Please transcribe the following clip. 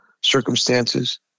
circumstances